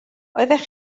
oeddech